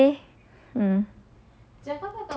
habis um